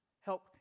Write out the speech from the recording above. Help